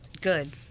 good